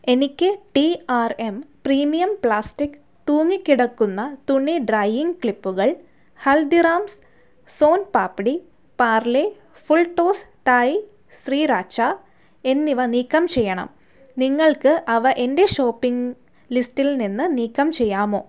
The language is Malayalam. എനിക്ക് T R M premium plastic തൂങ്ങിക്കിടക്കുന്ന തുണി ഡ്രൈയിംഗ് ക്ലിപ്പുകൾ Haldiram's soan papdi Parle full toss Thai sriracha എന്നിവ നീക്കം ചെയ്യണം നിങ്ങൾക്ക് അവ എന്റെ ഷോപ്പിംഗ് ലിസ്റ്റിൽ നിന്ന് നീക്കം ചെയ്യാമോ